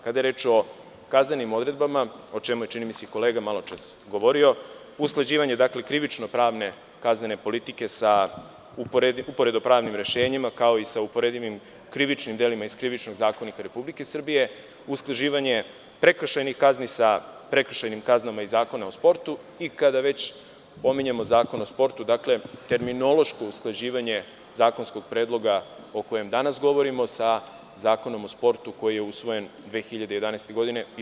Kada je reč o kaznenim odredbama, o čemu je čini mi se i kolega maločas govorio, usklađivanje krivično-pravne kaznene politike sa uporedo pravnim rešenjima, kao i sa uporedivim krivičnim delima iz Krivičnog zakonika Republike Srbije, usklađivanje prekršajnih kazni sa prekršajnim kaznama iz Zakona o sportu i, kada već pominjemo Zakon o sportu, terminološko usklađivanje zakonskog predloga o kome danas govorimo sa Zakonom o sportu koji je usvojen 2011. godine.